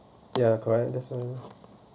ya correct that's why